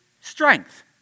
strength